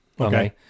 Okay